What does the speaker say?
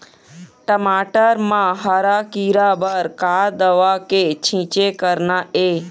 टमाटर म हरा किरा बर का दवा के छींचे करना ये?